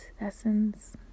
essence